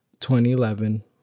2011